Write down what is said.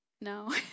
No